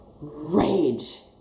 rage